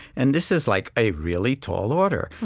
and this is like a really tall order.